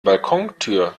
balkontür